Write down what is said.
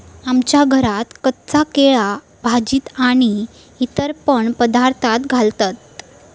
आमच्या घरात कच्चा केळा भाजीत आणि इतर पण पदार्थांत घालतत